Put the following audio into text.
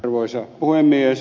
arvoisa puhemies